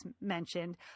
mentioned